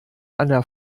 einer